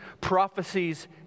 prophecies